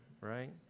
right